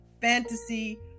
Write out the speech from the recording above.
fantasy